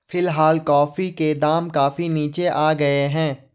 फिलहाल कॉफी के दाम काफी नीचे आ गए हैं